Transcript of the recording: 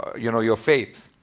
you know your faith.